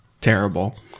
terrible